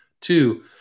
Two